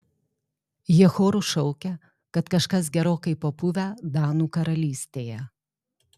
jie choru šaukia kad kažkas gerokai papuvę danų karalystėje